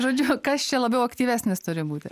žodžiu kas čia labiau aktyvesnis turi būti